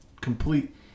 complete